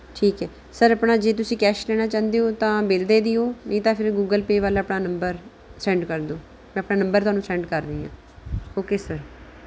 ਠੀਕ ਹੈ ਸਰ ਆਪਣਾ ਜੇ ਤੁਸੀਂ ਕੈਸ਼ ਲੈਣਾ ਚਾਹੁੰਦੇ ਹੋ ਤਾਂ ਬਿੱਲ ਦੇ ਦਿਓ ਨਹੀਂ ਤਾਂ ਫਿਰ ਗੂਗਲ ਪੇਅ ਵਾਲਾ ਆਪਣਾ ਨੰਬਰ ਸੈਂਡ ਕਰ ਦਿਉ ਮੈਂ ਆਪਣਾ ਨੰਬਰ ਤੁਹਾਨੂੰ ਸੈਂਡ ਕਰ ਰਹੀ ਹਾਂ ਓਕੇ ਸਰ